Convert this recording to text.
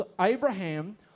Abraham